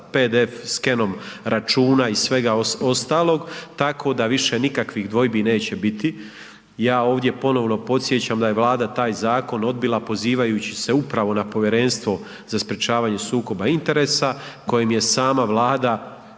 pdf. skenom računa i svega ostalog, tako da više nikakvih dvojbi neće biti. Ja ovdje ponovno podsjećam da je Vlada taj zakon odbila pozivajući se upravo na Povjerenstvo za sprječavanje sukoba interesa kojem je sama Vlada